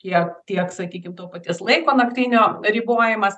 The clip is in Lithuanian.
tiek tiek sakykim to paties laiko naktinio ribojimas